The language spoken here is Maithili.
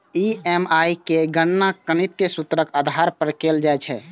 ई.एम.आई केर गणना गणितीय सूत्रक आधार पर कैल जाइ छै